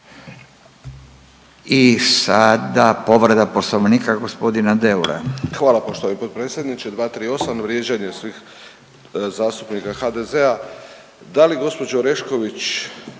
I sada povreda poslovnika g. Deura. **Deur, Ante (HDZ)** Hvala poštovani potpredsjedniče. 238. vrijeđanje svih zastupnika HDZ-a. DA li gospođo Orešković